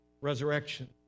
resurrection